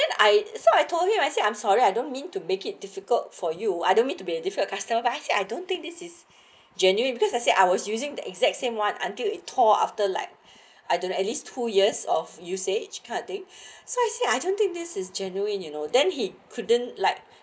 then I so I told him I said I'm sorry I don't mean to make it difficult for you I don't need to be different customer but actually I don't think this is genuine because I said I was using the exact same one until a tour after like I didn't at least two years of usage kind of thing so I say I don't think this is genuine you know then he couldn't like